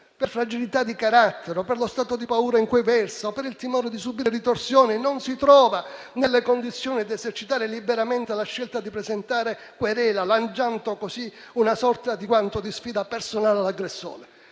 per fragilità di carattere, per lo stato di paura in cui versa o per il timore di subire ritorsioni, non si trova nelle condizioni di esercitare liberamente la scelta di presentare querela, lanciando così una sorta di guanto di sfida personale all'aggressore.